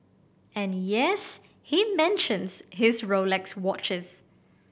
and yes he mentions his Rolex watches